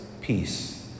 peace